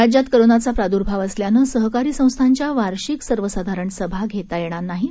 राज्यात कोरोनाचा प्रादूर्भाव असल्यानं सहकारी संस्थांच्या वार्षिक सर्वसाधारण सभा घेता येणार नाहीत